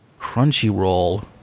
Crunchyroll